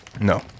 No